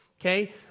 okay